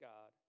God